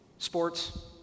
Sports